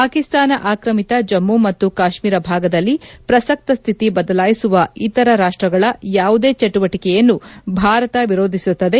ಪಾಕಿಸ್ತಾನ ಆಕ್ರಮಿತ ಜಮ್ಮು ಮತ್ತು ಕಾಶ್ಮೀರ ಭಾಗದಲ್ಲಿ ಪ್ರಸಕ್ತ ಸ್ಥಿತಿ ಬದಲಾಯಿಸುವ ಇತರ ರಾಷ್ಟಗಳ ಯಾವುದೇ ಚಟುವಟಿಕೆಯನ್ನು ಭಾರತ ವಿರೋಧಿಸುತ್ತದೆ